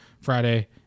Friday